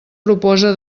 proposa